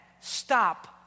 stop